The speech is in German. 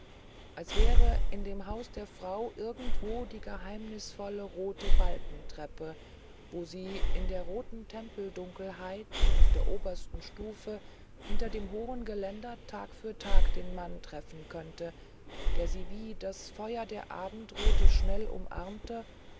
als wäre in dem hause der frau irgendwo die geheimnisvolle rote balkentreppe wo sie in der roten tempeldunkelheit auf der obersten stufe hinter dem hohen geländer tag für tag den mann treffen könnte der sie wie das feuer der abendröte schnell umarmte